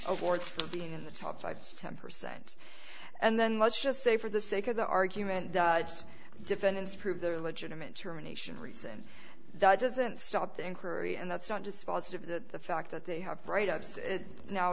awards for being in the top five to ten percent and then let's just say for the sake of the argument the defendants prove their legitimate termination reason that doesn't stop the inquiry and that's not dispositive the fact that they have